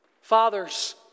Fathers